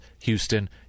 Houston